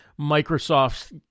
Microsoft's